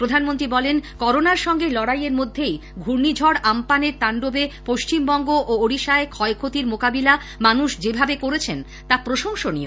প্রধানমন্ত্রী বলেন করোনার সঙ্গে লড়াই এর মধ্যেই ঘূর্ণিঝড় আমপানের তান্ডবে পশ্চিমবঙ্গ ও ওড়িশায় ক্ষয়ক্ষতির মোকাবিলা মানুষ যেভাবে করেছেন তা প্রশংসনীয়